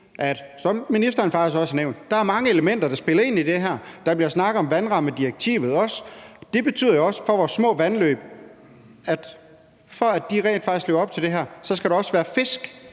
som ministeren faktisk også har nævnt, at der er mange elementer, der spiller ind her. Der bliver også snakket om vandrammedirektivet, og det betyder jo også for vores små vandløb, at før de rent faktisk lever op til det her, så skal der også være fisk